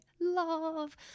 love